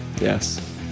Yes